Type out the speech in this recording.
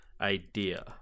idea